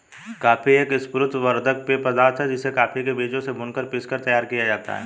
coffee एक स्फूर्ति वर्धक पेय पदार्थ है जिसे कॉफी के बीजों से भूनकर पीसकर तैयार किया जाता है